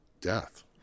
death